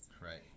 Right